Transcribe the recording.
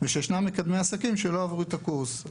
וגם שישנם מקדמי עסקים שלא עברו את הקורס.